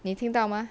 你听到吗